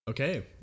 Okay